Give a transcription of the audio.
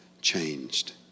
changed